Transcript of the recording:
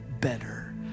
better